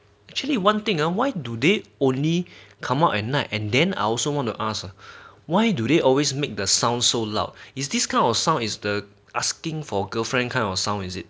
actually one thing ah why do they only come out at night and then I also want to ask uh why do they always make the sound so loud is this kind of sound is the asking for girlfriend kind of sound is it